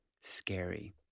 scary